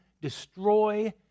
destroy